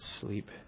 sleep